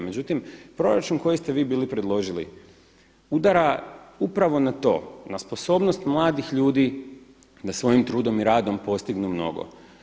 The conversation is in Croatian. Međutim proračun koji ste vi bili predložili udara upravo na to, na sposobnost mladih ljudi da svojim trudom i radom postignu mnogo.